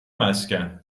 مسکن